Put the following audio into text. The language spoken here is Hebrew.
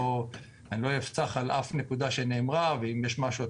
אני לא אפסח על אף נקודה שנאמרה ואם יש משהו,